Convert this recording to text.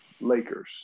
Lakers